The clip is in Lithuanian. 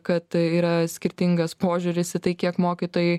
kad yra skirtingas požiūris į tai kiek mokytojai